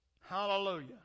Hallelujah